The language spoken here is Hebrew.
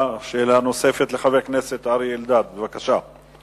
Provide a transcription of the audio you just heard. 651, של חבר הכנסת אורי אורבך, גם לפרוטוקול.